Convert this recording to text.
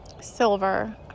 silver